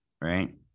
right